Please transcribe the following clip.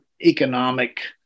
economic